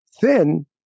thin